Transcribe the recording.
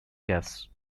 cash